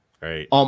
Right